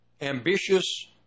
ambitious